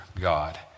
God